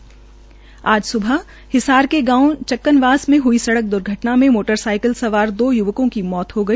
उधर आज स्बह हिसार के गांव चक्क्नवास में हई सड़क द्र्घटना में साईकल सवार दो य्वकों की मौते हो गई